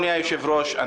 אדוני היושב-ראש,